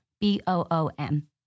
B-O-O-M